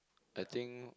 I think